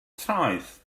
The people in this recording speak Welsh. traeth